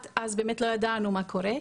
אז באמת לא ידענו מה קורה,